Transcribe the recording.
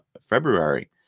February